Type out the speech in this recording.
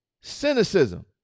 Cynicism